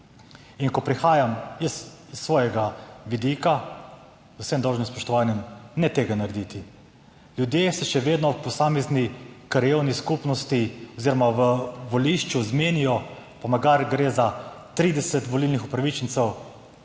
In ko prihajam s svojega vidika, z vsem dolžnim spoštovanjem, ne tega narediti. Ljudje se še vedno v posamezni krajevni skupnosti oziroma na volišču zmenijo, pa magari gre za 30 volilnih upravičencev,